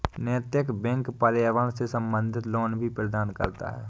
नैतिक बैंक पर्यावरण से संबंधित लोन भी प्रदान करता है